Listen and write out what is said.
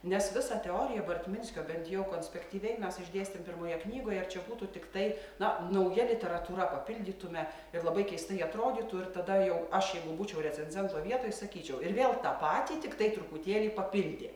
nes visą teoriją bartminskio bent jau konspektyviai mes išdėstėm pirmoje knygoje ir čia būtų tiktai na nauja literatūra papildytume ir labai keistai atrodytų ir tada jau aš jeigu būčiau recenzento vietoj sakyčiau ir vėl tą patį tiktai truputėlį papildė